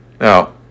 Now